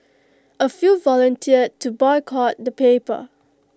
A few volunteered to boycott the paper